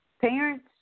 parents